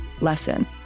lesson